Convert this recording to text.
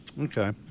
Okay